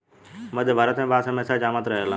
मध्य भारत में बांस हमेशा जामत रहेला